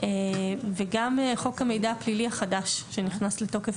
וגם חוק המידע הפלילי החדש שנכנס לתוקף